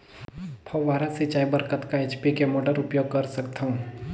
फव्वारा सिंचाई बर कतका एच.पी के मोटर उपयोग कर सकथव?